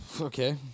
Okay